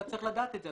אתה צריך לדעת את זה.